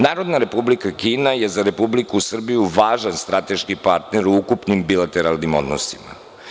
Narodna Republika Kina je za Republiku Srbiju važan strateški partner u ukupnim bilateralnim odnosima.